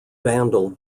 vandal